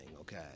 okay